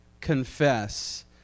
confess